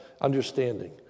understanding